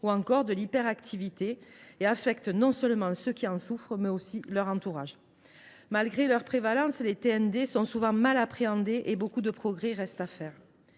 socialisation, hyperactivité… – et affectent non seulement ceux qui en souffrent, mais aussi leur entourage. Malgré leur prévalence, les TND sont souvent mal appréhendés et beaucoup de progrès doivent encore